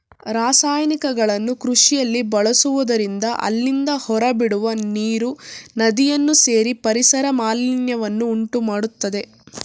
ರಾಸಾಯನಿಕಗಳನ್ನು ಕೃಷಿಯಲ್ಲಿ ಬಳಸುವುದರಿಂದ ಅಲ್ಲಿಂದ ಹೊರಬಿಡುವ ನೀರು ನದಿಯನ್ನು ಸೇರಿ ಪರಿಸರ ಮಾಲಿನ್ಯವನ್ನು ಉಂಟುಮಾಡತ್ತದೆ